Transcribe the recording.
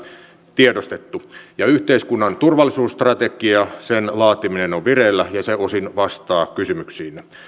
tiedostettu ja yhteiskunnan turvallisuusstrategian laatiminen on vireillä ja se osin vastaa kysymyksiinne